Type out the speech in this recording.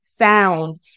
sound